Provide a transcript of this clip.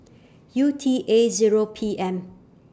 U T A Zero P M